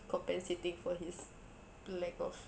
compensating for his lack of